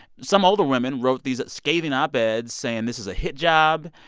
some older women wrote these scathing op-eds saying this is a hit job,